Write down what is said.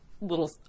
little